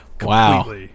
Wow